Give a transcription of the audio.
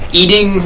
eating